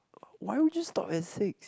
why would you stop at six